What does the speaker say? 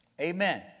Amen